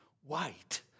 white